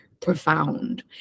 profound